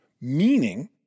meaning